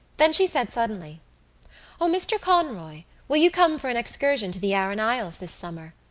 then she said suddenly o, mr. conroy, will you come for an excursion to the aran isles this summer?